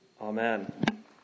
amen